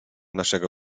naszego